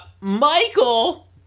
Michael